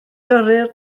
gyrru